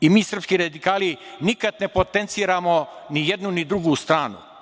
Mi, srpski radikali, nikad ne potenciramo ni jednu, ni drugu stranu,